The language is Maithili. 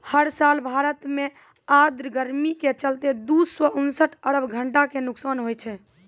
हर साल भारत मॅ आर्द्र गर्मी के चलतॅ दू सौ उनसठ अरब घंटा के नुकसान होय छै